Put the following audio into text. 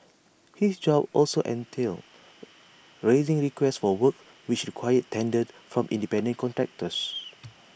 his job also entailed raising requests for works which required tenders from independent contractors